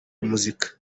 umuziki